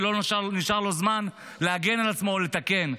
ולא נשאר לו זמן להגן על עצמו או לתקן,